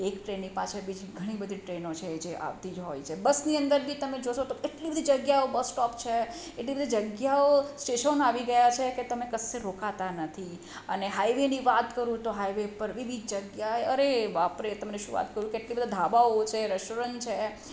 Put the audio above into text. એક ટ્રેનની પાછળ બીજી ઘણી બધી ટ્રેનો છે જે આવતી જ હોય છે બસની અંદર બી તમે જોશો તો એટલી બધી જગ્યાઓ બસ સ્ટોપ છે એટલી બધી જગ્યાઓ સ્ટેશનો આવી ગયા છે કે તમે કશે રોકાતા નથી અને હાઇવેની વાત કરું તો હાઇવે પર વિવિધ જગ્યાએ અરે બાપરે તમને શું વાત કરું કેટલા બધા ધાબાઓ છે રેસ્ટોરન્ટ છે